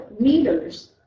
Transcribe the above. meters